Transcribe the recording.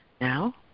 now